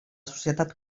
societat